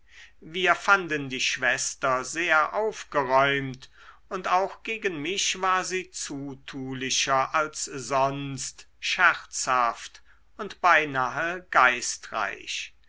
wir fanden die schwester sehr aufgeräumt und auch gegen mich war sie zutulicher als sonst scherzhaft und beinahe geistreich